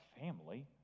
family